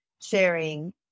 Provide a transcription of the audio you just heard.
sharing